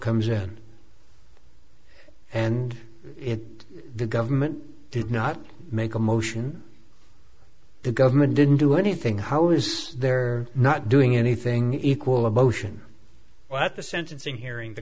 comes in and the government did not make a motion the government didn't do anything how is there not doing anything equal a motion well at the sentencing hearing the